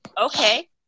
Okay